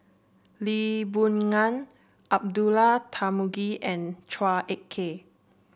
Lee Boon Ngan Abdullah Tarmugi and Chua Ek Kay